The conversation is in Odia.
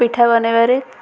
ପିଠା ବନେଇବାରେ